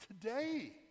today